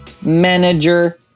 manager